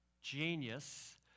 genius